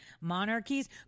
monarchies